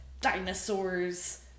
dinosaurs